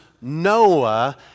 Noah